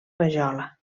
rajola